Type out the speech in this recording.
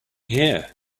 here